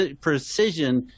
precision